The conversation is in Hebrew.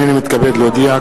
הנני מתכבד להודיע,